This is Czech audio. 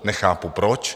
Nechápu proč.